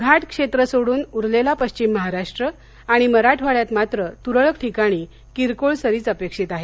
घाट क्षेत्र सोडून उरलेला पश्चिम महाराष्ट्र आणि मराठवाड्यात मात्र तुरळक ठिकाणी किरकोळ सरीच अपेक्षित आहेत